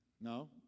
No